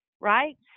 right